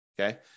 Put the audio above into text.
Okay